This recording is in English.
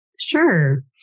Sure